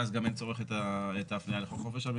ואז גם אין צורך את ההפניה לחוק חופש המידע.